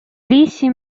лісі